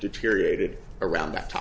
deteriorated around that time